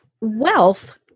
wealth